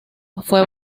fue